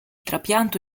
trapianto